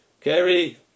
Kerry